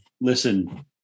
listen